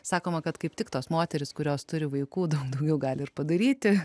sakoma kad kaip tik tos moterys kurios turi vaikų daug daugiau gali ir padaryti